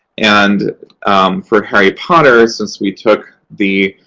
and for harry potter, since we took the